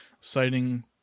citing